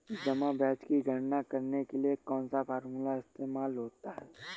जमा ब्याज की गणना करने के लिए कौनसा फॉर्मूला इस्तेमाल होता है?